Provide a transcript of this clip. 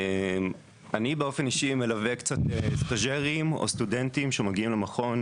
אני באופן אישי מלווה קצת סטז'רים או סטודנטים שמגיעים למכון,